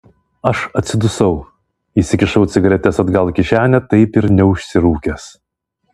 aš atsidusau įsikišau cigaretes atgal į kišenę taip ir neužsirūkęs